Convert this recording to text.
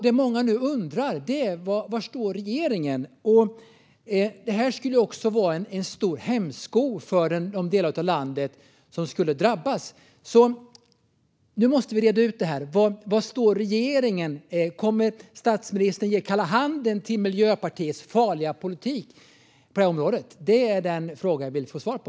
Det många nu undrar är var regeringen står. Detta skulle också lägga en stor hämsko på de delar av landet som drabbades, så nu måste vi reda ut detta. Var står regeringen? Kommer statsministern att ge Miljöpartiets farliga politik på detta område kalla handen? Det är den fråga jag vill få svar på.